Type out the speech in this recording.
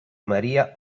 maria